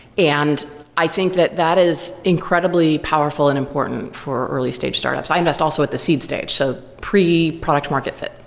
and i think that that is incredibly powerful and important for early stage startups. i invest also at the seed stage, so pre-product market fit.